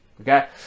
okay